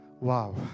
Wow